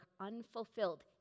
unfulfilled